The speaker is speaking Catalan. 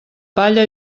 palla